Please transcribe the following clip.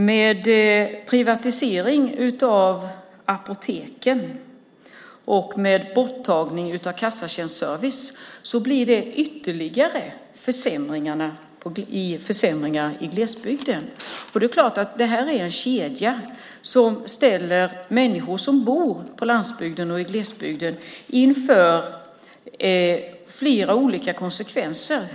Med privatiseringen av apoteken och borttagandet av kassatjänstservice blir det ytterligare försämringar i glesbygden. Det här är en kedja som ställer människor som bor på landsbygden och i glesbygden inför flera olika konsekvenser.